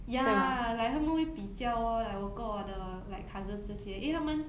ya like 他们会比较 lor like 我跟我的 like cousins 这些因为他们